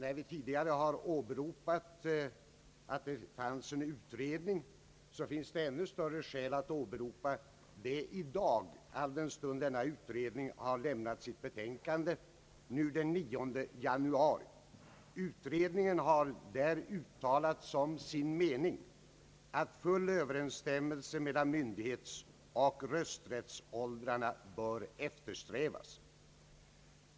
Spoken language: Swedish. Om vi tidigare har åberopat att det fanns en utredning, finns det ännu större skäl att åberopa detta i dag, alldenstund denna utredning har lämnat sitt betänkande den 9 januari. Utredningen har i betänkandet uttalat som sin mening att full överensstämmelse mellan myndighetsoch rösträttsålder bör eftersträvas.